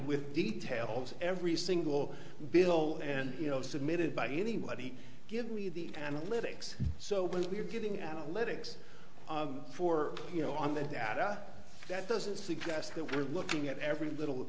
with details every single bill and you know submitted by anybody give me the analytics so we're getting our legs for you know on the data that doesn't suggest that we're looking at every little